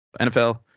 NFL